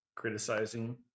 Criticizing